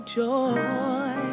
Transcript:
joy